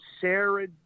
Sarah